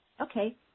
Okay